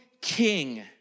king